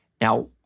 Now